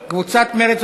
קבוצת סיעת מרצ,